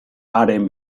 haren